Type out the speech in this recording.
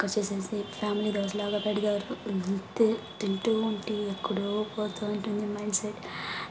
కస్సేసి family dosa లాగా అడిగారు అంతే తింటూ ఉంటే ఎక్కడో పోతూ ఉంటుంది మైండ్ సెట్